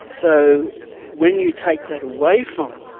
so when you take that away from